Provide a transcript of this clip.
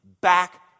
Back